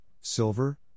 silver